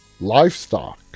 livestock